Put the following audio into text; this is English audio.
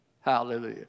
Hallelujah